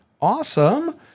Awesome